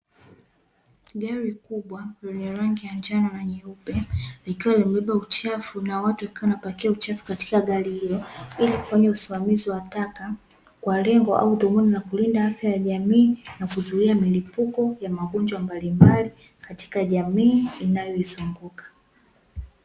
Gari kubwa lenye rangi ya njano na nyeupe, likiwa limebeba uchafu na watu wakiwa wanapakia uchafu katika gari hilo, ili kufanya usimamizi wa taka kwa lengo au dhumuni la kuilinda afya ya jamii, na kuzuia milipuko wa magonjwa mbalimbali katika jamii inayoizunguka.